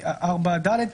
בפרט (4ד),